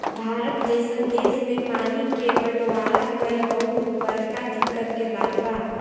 भारत जइसन देश मे पानी के बटवारा कइल बहुत बड़का दिक्कत के बात बा